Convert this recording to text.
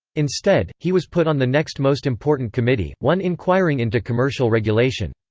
instead, he was put on the next most important committee, one inquiring into commercial regulation.